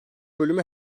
bölümü